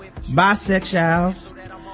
bisexuals